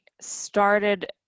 started